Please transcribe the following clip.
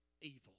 evil